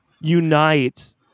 unite